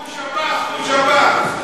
הוא שב"ח,